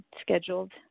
scheduled